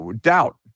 doubt